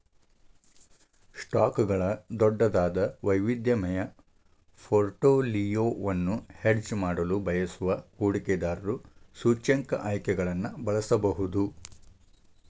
ಸ್ಟಾಕ್ಗಳ ದೊಡ್ಡದಾದ, ವೈವಿಧ್ಯಮಯ ಪೋರ್ಟ್ಫೋಲಿಯೊವನ್ನು ಹೆಡ್ಜ್ ಮಾಡಲು ಬಯಸುವ ಹೂಡಿಕೆದಾರರು ಸೂಚ್ಯಂಕ ಆಯ್ಕೆಗಳನ್ನು ಬಳಸಬಹುದು